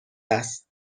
است